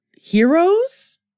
Heroes